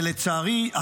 ולצערי,